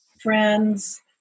friends